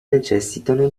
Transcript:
necessitano